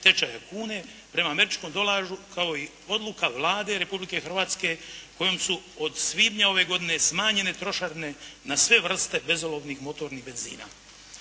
tečaja kune prema američkom dolaru kao i odluka Vlade Republike Hrvatske kojom su od svibnja ove godine smanjene trošarine na sve vrste bezolovnih motornih benzina.